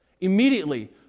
immediately